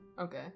Okay